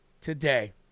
today